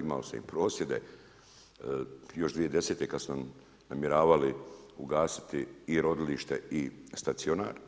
Imao sam i prosvjede još 2010. kad sam namjeravali ugasiti i rodilište i stacionar